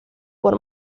por